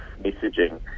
messaging